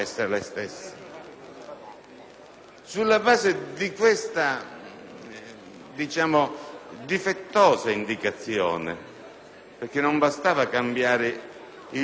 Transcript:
Sulla base di questa difettosa comunicazione, perché non bastava cambiare il numero dell'articolo,